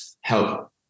help